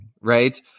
right